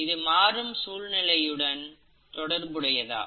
இது மாறும் சூழ்நிலையுடன் தொடர்புடையதா